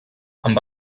amb